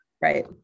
Right